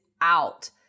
out